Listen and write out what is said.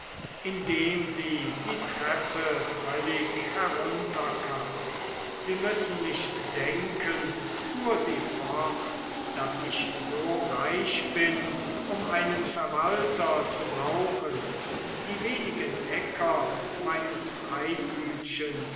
indem sie die treppe völlig herunterkam sie müssen nicht denken fuhr sie fort daß ich so reich bin um einen verwalter zu brauchen die wenigen äcker meines freigütchens